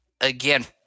again